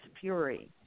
fury